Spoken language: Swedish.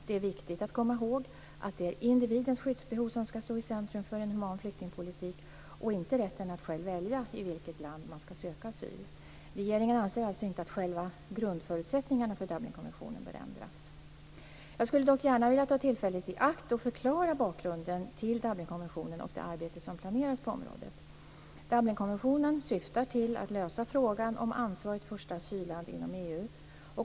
Det är viktigt att komma ihåg att det är individens skyddsbehov som ska stå i centrum för en human flyktingpolitik och inte rätten att själv välja i vilket land man ska söka asyl. Regeringen anser alltså inte att själva grundförutsättningarna för Dublinkonventionen bör ändras. Jag skulle dock gärna vilja ta tillfället i akt att förklara bakgrunden till Dublinkonventionen och det arbete som planeras på området. Dublinkonventionen syftar till att lösa frågan om ansvarigt första asylland inom EU.